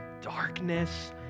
darkness